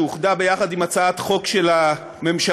שאוחדה עם הצעת חוק של הממשלה,